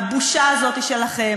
הבושה הזאת היא שלכם,